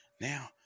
Now